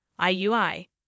IUI